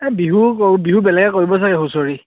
এই বিহু বিহু বেলেগে কৰিব চাগে হুঁচৰি